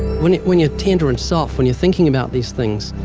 when when you're tender and soft, when you're thinking about these things,